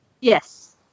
Yes